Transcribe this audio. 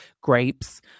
grapes